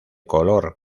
color